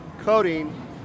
coating